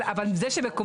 זה מובן